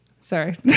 sorry